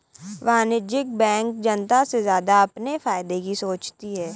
वाणिज्यिक बैंक जनता से ज्यादा अपने फायदे का सोचती है